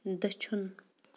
دٔچھُن